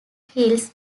hills